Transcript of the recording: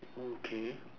okay